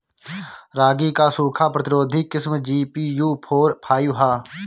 रागी क सूखा प्रतिरोधी किस्म जी.पी.यू फोर फाइव ह?